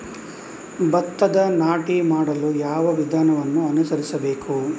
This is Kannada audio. ಭತ್ತದ ನಾಟಿ ಮಾಡಲು ಯಾವ ವಿಧಾನವನ್ನು ಅನುಸರಿಸಬೇಕು?